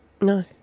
No